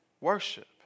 worship